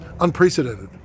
unprecedented